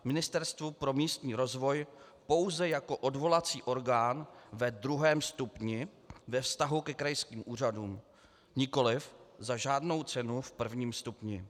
Ministerstvo pro místní rozvoj pouze jako odvolací orgán ve druhém stupni ve vztahu ke krajským úřadům, nikoliv za žádnou cenu v prvním stupni.